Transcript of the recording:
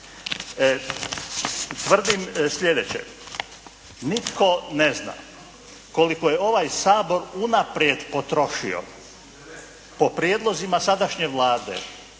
Tvrdim sljedeće. Nitko ne zna koliko je ovaj Sabor unaprijed potrošio. Po prijedlozima sadašnje Vlade